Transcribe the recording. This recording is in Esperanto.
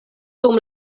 dum